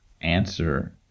answer